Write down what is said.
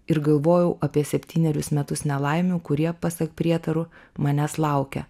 ir galvojau apie septynerius metus nelaimių kurie pasak prietarų manęs laukia